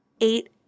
eight